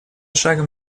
шагом